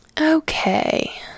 Okay